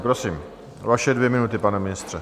Prosím, vaše dvě minuty, pane ministře.